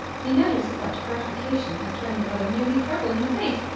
he noticed that gratification had turned the other nearly purple in the face,